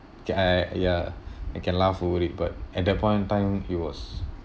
K I ya I can laugh over it but at that point of time it was